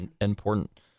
important